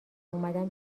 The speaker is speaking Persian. اومدم